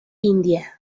india